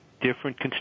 different